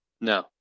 no